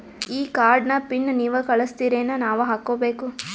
ಈ ಕಾರ್ಡ್ ನ ಪಿನ್ ನೀವ ಕಳಸ್ತಿರೇನ ನಾವಾ ಹಾಕ್ಕೊ ಬೇಕು?